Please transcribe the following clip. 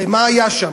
הרי מה היה שם?